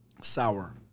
sour